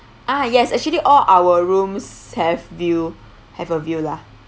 ah yes actually all our rooms have view have a view lah